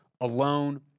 alone